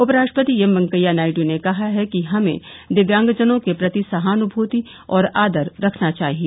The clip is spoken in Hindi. उपराष्ट्रपति एम वेंकैया नायडू ने कहा है कि हमें दिव्यांगजनों के प्रति सहानुभूति और आदर रखना चाहिए